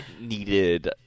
needed